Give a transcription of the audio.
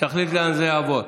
לאן זה יעבור.